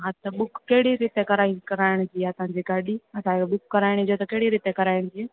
हा त बुक कहिड़ी रेट ते करायी कराइण ॼी आहे असांजी ॻाॾी असांखे बुक कराइणी हुजे त कहिड़ी रेट ते कराइजे